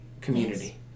community